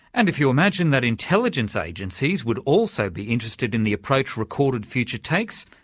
and if you imagine that intelligence agencies would also be interested in the approach recorded future takes,